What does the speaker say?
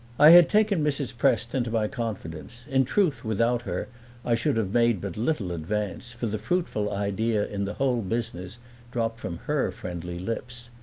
i had taken mrs. prest into my confidence in truth without her i should have made but little advance, for the fruitful idea in the whole business dropped from her friendly lips.